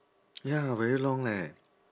ya very long leh